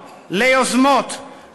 ליוזמות,